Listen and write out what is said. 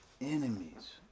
Enemies